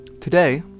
today